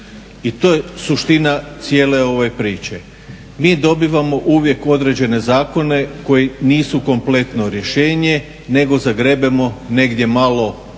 i to je suština cijele ove priče. Mi dobivamo uvijek određene zakone koji nisu kompletno rješenje nego zagrebemo negdje malo po